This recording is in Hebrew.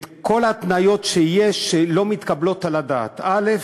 את כל ההתניות שיש שלא מתקבלות על הדעת: א.